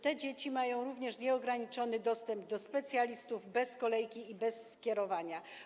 Te dzieci mają również nieograniczony dostęp do specjalistów bez kolejki i bez skierowania.